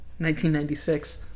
1996